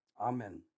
Amen